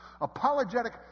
Apologetic